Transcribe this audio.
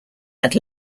had